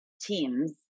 teams